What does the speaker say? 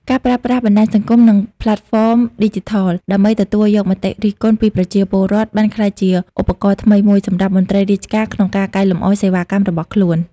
ការប្រើប្រាស់បណ្តាញសង្គម និងផ្លេតហ្វមឌីជីថលដើម្បីទទួលយកមតិរិះគន់ពីប្រជាពលរដ្ឋ បានក្លាយជាឧបករណ៍ថ្មីមួយសម្រាប់មន្ត្រីរាជការក្នុងការកែលម្អសេវាកម្មរបស់ខ្លួន។